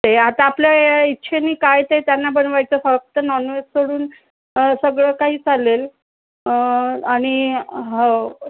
ते आता आपल्या इच्छेनी काय ते त्यांना बनवायचं फक्त नॉनव्हेज सोडून सगळं काही चालेल आणि हो